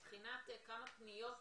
מבחינת כמה פניות יש?